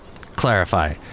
clarify